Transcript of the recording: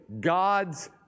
God's